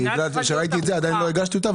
בגלל שראיתי את זה, עדיין לא הגשתי אותה.